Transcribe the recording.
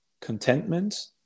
contentment